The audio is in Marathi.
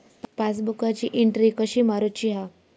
पासबुकाची एन्ट्री कशी मारुची हा?